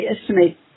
estimate